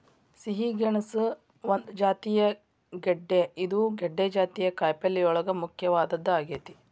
ಸಿಹಿ ಗೆಣಸು ಒಂದ ಜಾತಿಯ ಗೆಡ್ದೆ ಇದು ಗೆಡ್ದೆ ಜಾತಿಯ ಕಾಯಪಲ್ಲೆಯೋಳಗ ಮುಖ್ಯವಾದದ್ದ ಆಗೇತಿ